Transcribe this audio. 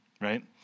right